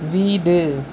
வீடு